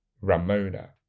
Ramona